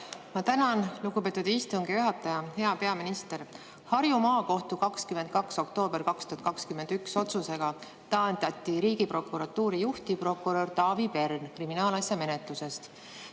Ma tänan, lugupeetud istungi juhataja! Hea peaminister! Harju Maakohtu 22. oktoobri 2021. aasta otsusega taandati Riigiprokuratuuri juhtivprokurör Taavi Pern kriminaalasja menetlusest.